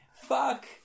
Fuck